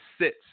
sit